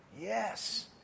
Yes